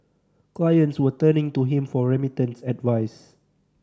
clients were turning to him for remittance advice